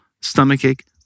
Stomachache